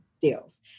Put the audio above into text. deals